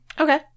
Okay